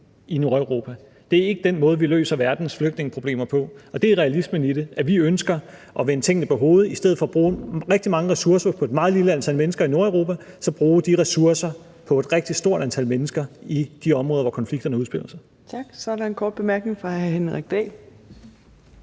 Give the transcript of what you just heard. i Nordeuropa. Det er ikke den måde, vi løser verdens flygtningeproblemer på. Det er realismen i det, at vi ønsker at vende tingene på hovedet, og i stedet for at bruge rigtig mange ressourcer på et meget lille antal mennesker i Nordeuropa så bruge de ressourcer på et rigtig stort antal mennesker i de områder, hvor konflikterne udspiller sig. Kl. 14:59 Fjerde næstformand (Trine Torp): Tak.